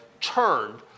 turned